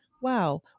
wow